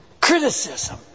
criticism